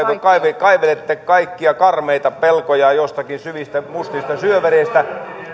kaivelette kaivelette kaikkia karmeita pelkoja jostakin syvistä mustista syövereistä